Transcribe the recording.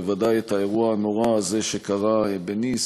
בוודאי את האירוע הנורא הזה שקרה בניס,